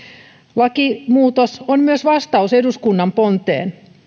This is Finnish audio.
lakimuutos on myös vastaus eduskunnan ponteen